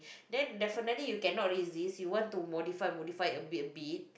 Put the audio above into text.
then definitely you cannot resist you want to modify modify a bit a bit